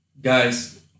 guys